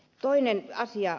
toinen asia